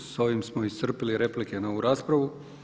S ovim smo iscrpili replike na ovu raspravu.